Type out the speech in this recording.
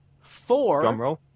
Four